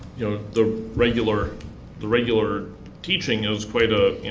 know, the regular the regular teaching is quite a,